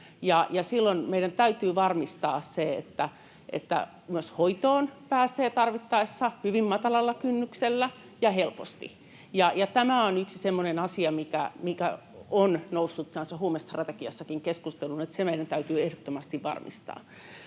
Silloin meidän täytyy varmistaa se, että myös hoitoon pääsee tarvittaessa hyvin matalalla kynnyksellä ja helposti, ja tämä on yksi semmoinen asia, mikä on noussut tuossa huumestrategiassakin keskusteluun, että se meidän täytyy ehdottomasti varmistaa.